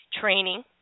training